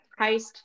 heist